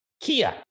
Kia